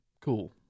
cool